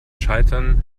scheitern